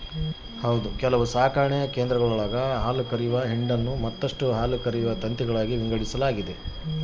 ಕೆಲವು ಸಾಕಣೆ ಕೇಂದ್ರಗುಳಾಗ ಹಾಲುಕರೆಯುವ ಹಿಂಡನ್ನು ಮತ್ತಷ್ಟು ಹಾಲುಕರೆಯುವ ತಂತಿಗಳಾಗಿ ವಿಂಗಡಿಸಲಾಗೆತೆ